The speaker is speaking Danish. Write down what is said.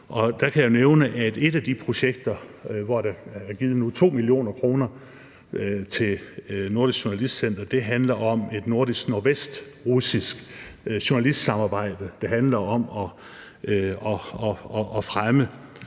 der kan jeg nævne, at et af de projekter, hvor der nu er givet 2 mio. kr. til Nordisk Journalistcenter, handler om et nordisk nordvestrussisk journalistsamarbejde, der handler om at fremme